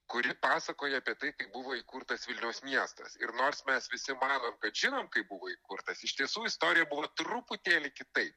kuri pasakoja apie tai kaip buvo įkurtas vilniaus miestas ir nors mes visi manom kad žinom kaip buvo įkurtas iš tiesų istorija buvo truputėlį kitaip